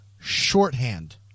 shorthand